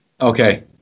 Okay